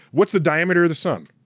what's the diameter of the sun?